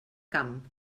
camp